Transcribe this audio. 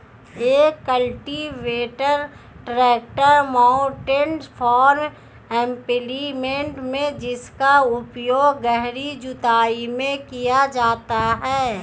एक cultivator tractor mounted farm implement है जिसका उपयोग गहरी जुताई में किया जाता है